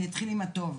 אני אתחיל עם הטוב.